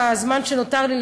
בזמן שנותר לי,